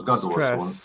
stress